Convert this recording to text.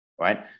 right